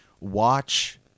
Watch